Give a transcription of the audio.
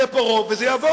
יהיה פה רוב וזה יעבור.